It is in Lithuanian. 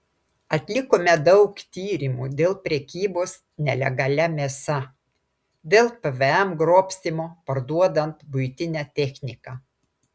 atlikome daug tyrimų dėl prekybos nelegalia mėsa dėl pvm grobstymo parduodant buitinę techniką